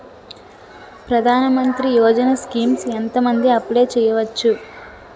ప్రధాన మంత్రి యోజన స్కీమ్స్ ఎంత మంది అప్లయ్ చేసుకోవచ్చు?